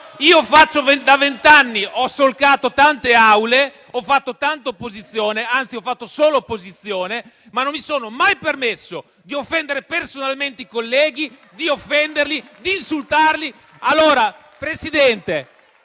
In vent'anni ho solcato tante aule, ho fatto tanta opposizione, anzi ho fatto solo opposizione, ma non mi sono mai permesso di offendere personalmente i colleghi, di insultarli. *(Commenti.*